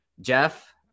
Jeff